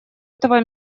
этого